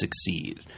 succeed